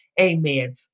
Amen